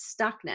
stuckness